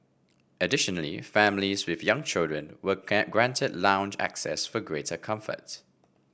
additionally families with young children were granted lounge access for greater comfort